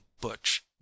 butch